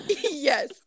yes